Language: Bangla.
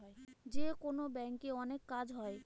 যেকোনো ব্যাঙ্কে অনেক কাজ হয়